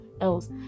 else